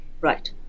Right